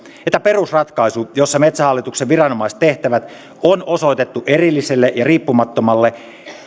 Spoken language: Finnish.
että perusratkaisu jossa metsähallituksen viranomaistehtävät on osoitettu erilliselle ja riippumattomalle